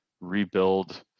rebuild